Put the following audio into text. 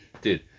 Dude